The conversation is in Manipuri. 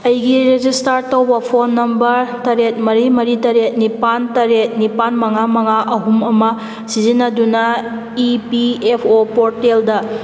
ꯑꯩꯒꯤ ꯔꯦꯖꯤꯁꯇꯥꯔ ꯇꯧꯕ ꯐꯣꯟ ꯅꯝꯕꯔ ꯇꯔꯦꯠ ꯃꯔꯤ ꯃꯔꯤ ꯇꯔꯦꯠ ꯅꯤꯄꯥꯜ ꯇꯔꯦꯠ ꯅꯤꯄꯥꯜ ꯃꯉꯥ ꯃꯉꯥ ꯑꯍꯨꯝ ꯑꯃ ꯁꯤꯖꯤꯟꯅꯗꯨꯅ ꯏ ꯄꯤ ꯑꯦꯐ ꯑꯣ ꯄꯣꯔꯇꯦꯜꯗ